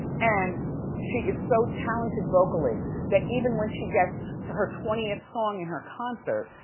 and she is so talented vocally that even when she gets to her twentieth song in her concert,